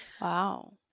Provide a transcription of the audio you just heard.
Wow